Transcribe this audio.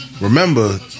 Remember